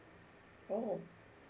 oh